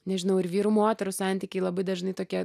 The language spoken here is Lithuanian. nežinau ir vyrų moterų santykiai labai dažnai tokie